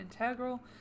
integral